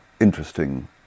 interesting